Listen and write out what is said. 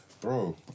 bro